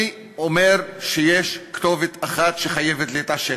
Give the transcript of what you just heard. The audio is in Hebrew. אני אומר שיש כתובת אחת שחייבת להתעשת.